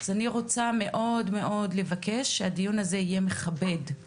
אני רוצה מאוד לבקש שהדיון הזה יהיה מכבד,